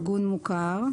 ""ארגון מוכר"